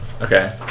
Okay